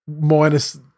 minus